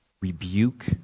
rebuke